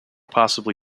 possibly